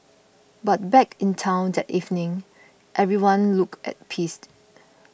but back in town that evening everyone looked at peace